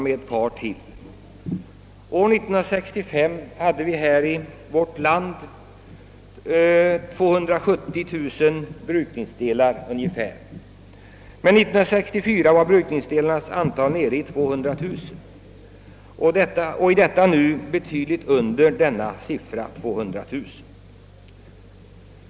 År 1954 hade vi här i landet ungefär 270 000 brukningsdelar, 1962 hade vi 200 000, och i dag ligger antalet betydligt under denna siffra.